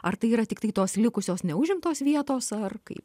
ar tai yra tiktai tos likusios neužimtos vietos ar kaip